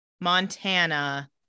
Montana